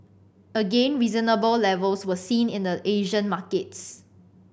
again reasonable levels were seen in the Asian markets